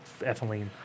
ethylene